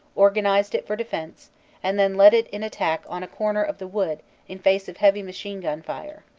or ganized it for defense and then led it in attack on a corner of the wood in face of heavy machine-gun fire.